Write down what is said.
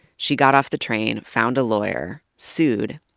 she got off the train, found a lawyer, sued,